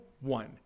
one